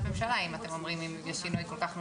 ממשלה אם אתם אומרים שיש שינוי כל כך משמעותי.